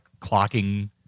clocking